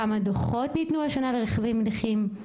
כמה דוחות ניתנו השנה לרכבים נכים.